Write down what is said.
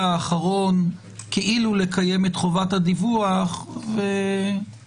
האחרון כאילו לקיים את חובת הדיווח ומעבירים,